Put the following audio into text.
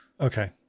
Okay